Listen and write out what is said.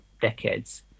decades